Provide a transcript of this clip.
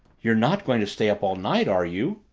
you're not going to stay up all night, are you?